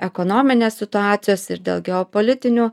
ekonominės situacijos ir dėl geopolitinių